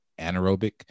anaerobic